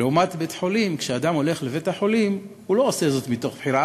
ולעומת זה שכשאדם הולך לבית-החולים הוא לא עושה זאת מתוך בחירה.